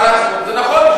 מה לעשות, זה נכון.